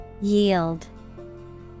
Yield